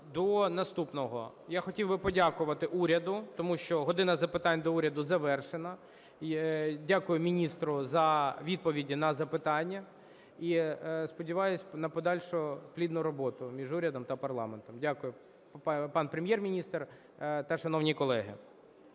до наступного. Я хотів би подякувати уряду, тому що "година запитань до Уряду" завершена. І дякую міністру за відповіді на запитання і сподіваюсь на подальшу плідну роботу між урядом та парламентом. Дякую, пан Прем'єр-міністр та шановні колеги.